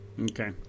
Okay